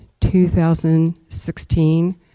2016